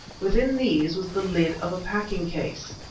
within these was the lid of a packing-case.